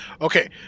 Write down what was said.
Okay